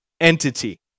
entity